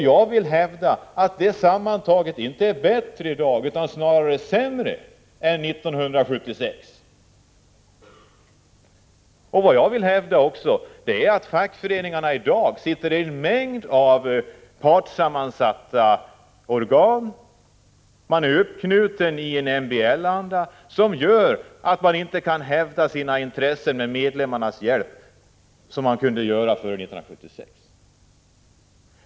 Jag vill hävda att det i dag sammantaget inte är bättre än 1976 utan snarare sämre. Vidare vill jag framhålla att fackföreningarna i dag finns representerade i en mängd partssammansatta organ, varvid man knutits upp i en MBL-anda, som medför att det inte går att hävda sina intressen med hjälp av medlemmarna, något som man kunde göra före 1976.